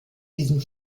diesen